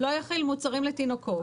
לא יכיל מוצרים לתינוקות.